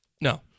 No